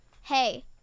hey